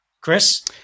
Chris